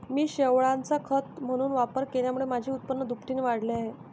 मी शेवाळाचा खत म्हणून वापर केल्यामुळे माझे उत्पन्न दुपटीने वाढले आहे